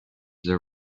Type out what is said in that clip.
there